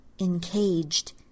encaged